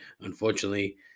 Unfortunately